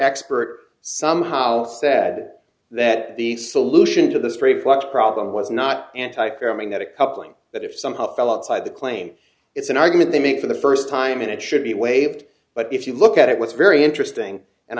expert somehow said that the solution to this reflux problem was not anti crime magnetic coupling that if somehow fell outside the claim it's an argument they make for the first time and it should be waved but if you look at it what's very interesting and